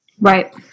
Right